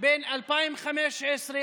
בין 2015,